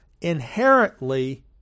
inherently